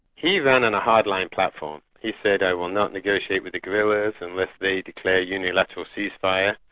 he ran on a hardline platform, he said, i will not negotiate with the guerrillas, unless they declare unilateral ceasefire.